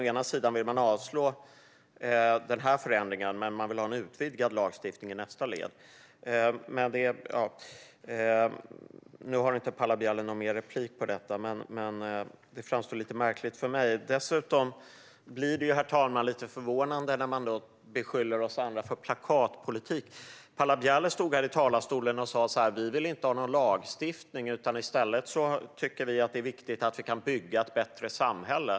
Å ena sidan vill ni avslå den här förändringen, å andra sidan vill ni i nästa led ha en utvidgad lagstiftning. Nu har inte Paula Bieler någon mer replik, men för mig framstår detta som lite märkligt. Dessutom blir det, herr talman, lite förvånande när man beskyller oss andra för plakatpolitik. Paula Bieler stod i talarstolen och sa: Vi vill inte ha någon lagstiftning - i stället tycker vi att det är viktigt att vi kan bygga ett bättre samhälle.